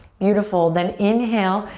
beautiful. then inhale,